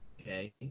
Okay